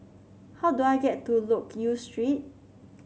how do I get to Loke Yew Street